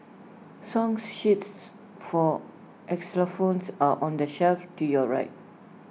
song sheets for xylophones are on the shelf to your right